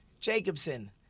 Jacobson